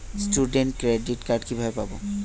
Student credit card কিভাবে পাব?